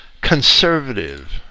conservative